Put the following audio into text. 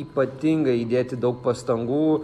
ypatingai įdėti daug pastangų